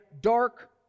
dark